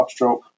upstroke